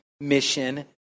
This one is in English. mission